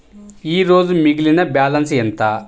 ఈరోజు మిగిలిన బ్యాలెన్స్ ఎంత?